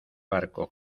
barco